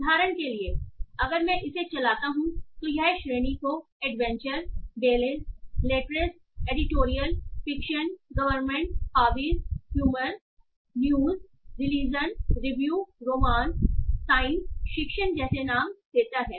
उदाहरण के लिए अगर मैं इसे चलाता हूं तो यह श्रेणी को adventure belles lettres editorial fiction government hobbies humour Learned lore mystery news religion review romance science शिक्षण जैसे नाम देता है